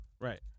Right